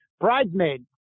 Bridesmaid